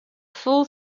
full